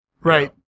Right